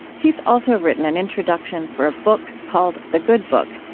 he's also written an introduction for a book called the good book,